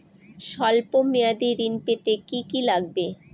সল্প মেয়াদী ঋণ পেতে কি কি লাগবে?